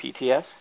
PTS